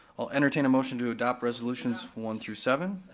i'll entertain a motion to adopt resolutions one through seven.